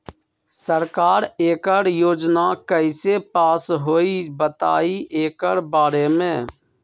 सरकार एकड़ योजना कईसे पास होई बताई एकर बारे मे?